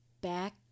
back